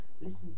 listen